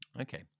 Okay